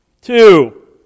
Two